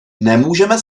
nemůžeme